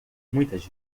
muitas